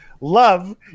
love